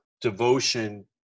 devotion